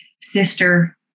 sister